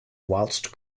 whilst